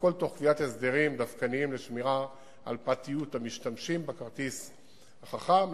הכול תוך קביעת הסדרים דווקניים לשמירה על פרטיות המשתמשים בכרטיס החכם.